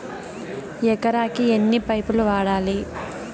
ఎకరాకి ఎన్ని పైపులు వాడాలి?